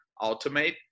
Ultimate